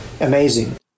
amazing